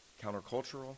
countercultural